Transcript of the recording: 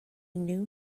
knew